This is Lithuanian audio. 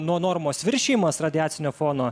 nuo normos viršijimas radiacinio fono